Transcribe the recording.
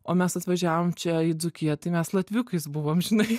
o mes atvažiavom čia į dzūkiją tai mes latviukais buvom žinai